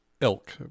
elk